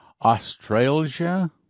Australia